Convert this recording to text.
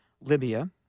Libya